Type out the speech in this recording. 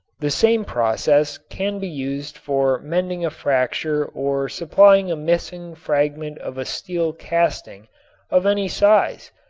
the same process can be used for mending a fracture or supplying a missing fragment of a steel casting of any size,